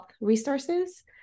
resources